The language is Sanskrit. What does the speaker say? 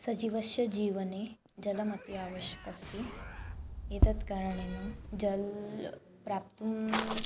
सजीवस्य जीवने जलम् अति आवश्यकमस्ति एतेन कारणेन जलं प्राप्तुं